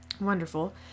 wonderful